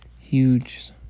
Huge